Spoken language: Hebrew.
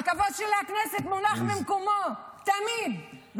הכבוד של הכנסת מונח במקומו תמיד.